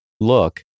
Look